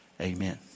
amen